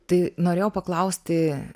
tai norėjau paklausti